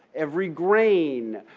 every grain,